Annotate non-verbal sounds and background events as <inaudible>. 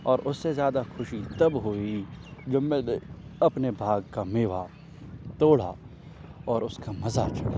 اور اس سے زیادہ خوشی تب ہوئی جب میں نے اپنے بھاغ کا میوہ توڑا اور اس کا مزہ <unintelligible>